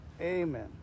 amen